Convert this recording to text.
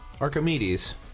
Archimedes